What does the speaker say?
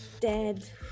dead